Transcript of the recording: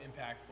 impactful